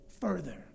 further